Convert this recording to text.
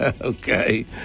Okay